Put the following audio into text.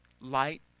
Light